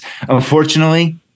unfortunately